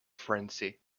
frenzy